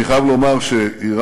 אני חייב לומר שאיראן,